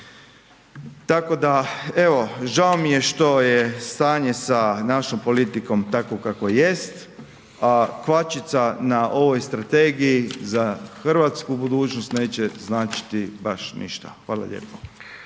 Tako da, evo žao mi je što je stanje sa našom politikom takvo kakvo jest, a kvačica na ovoj strategiji za hrvatsku budućnost neće značiti baš ništa. Hvala lijepo.